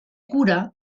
cura